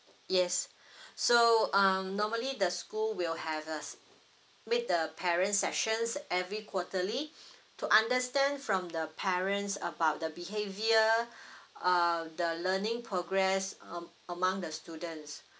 yes so um normally the school will have a meet the parents sessions every quarterly to understand from the parents about the behaviour uh the learning progress um among the students